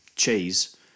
cheese